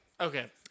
Okay